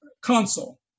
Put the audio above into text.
console